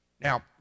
Now